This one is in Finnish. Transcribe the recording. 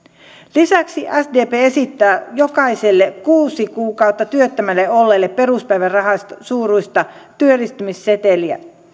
lisäksi sdp esittää jokaiselle kuusi kuukautta työttömänä olleelle peruspäivärahan suuruista työllistymisseteliä